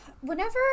Whenever